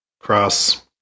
Cross